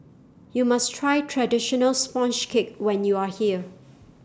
YOU must Try Traditional Sponge Cake when YOU Are here